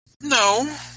No